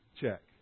check